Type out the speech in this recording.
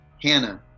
Hannah